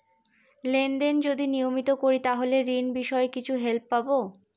Lane দেন যদি নিয়মিত করি তাহলে ঋণ বিষয়ে কিছু হেল্প পাবো?